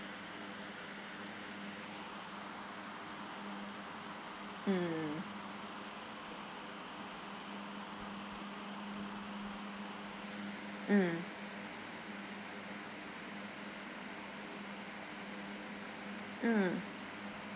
mm mm mm